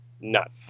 nuts